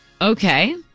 Okay